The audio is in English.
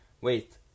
wait